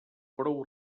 prou